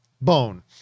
bone